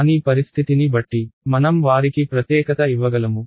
కానీ పరిస్థితిని బట్టి మనం వారికి ప్రత్యేకత ఇవ్వగలము